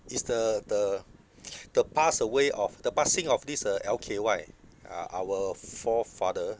is the the the pass away of the passing of this uh L_K_Y ah our f~ forefather